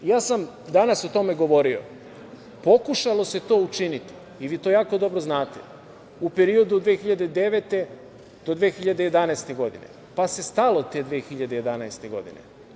Danas sam o tome govorio, pokušalo se to učiniti, i vi to jako dobro znate, u period od 2009. do 2011. godine, pa se stalo te 2011. godine.